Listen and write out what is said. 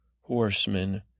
horsemen